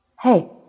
Hey